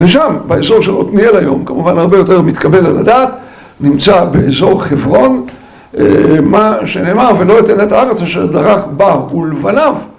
ושם באזור של עותניאל היום, כמובן הרבה יותר מתקבל על הדעת, נמצא באזור חברון, מה שנאמר, ולא יתן את הארץ אשר דרך באה ולבניו